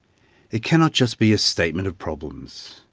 it cannot just be a statement of problems.